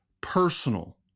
personal